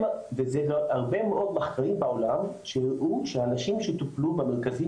הרבה מאוד מחקרים בעולם שהראו שאנשים שטופלו במרכזים